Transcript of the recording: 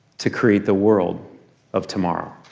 to create the world of tomorrow.